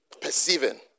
Perceiving